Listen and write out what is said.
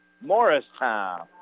Morristown